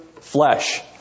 flesh